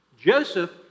Joseph